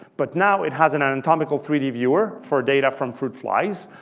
but now, it has an anatomical three d viewer for data from fruit flies.